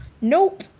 Nope